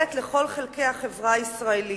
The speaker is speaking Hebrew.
מחלחלת לכל חלקי החברה הישראלית.